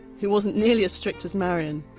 who wasn't nearly as strict as marion.